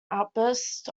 outbursts